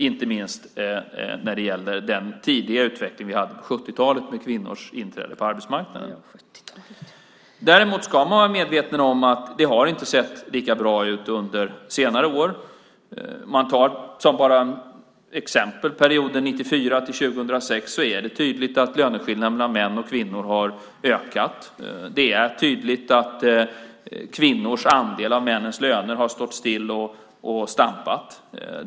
Det gäller inte minst den tidiga utveckling vi hade på 70-talet med kvinnors inträde på arbetsmarknaden. Däremot ska man vara medveten om att det inte har sett lika bra ut under senare år. Om man som ett exempel tar perioden 1994-2006 är det tydligt att löneskillnaderna mellan män och kvinnor har ökat. Det är tydligt att kvinnors andel av männens löner har stått still och stampat.